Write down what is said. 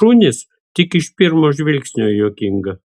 šunys tik iš pirmo žvilgsnio juokinga